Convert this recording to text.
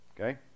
Okay